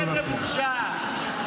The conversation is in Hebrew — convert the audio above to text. איזו בושה.